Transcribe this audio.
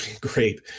great